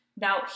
Now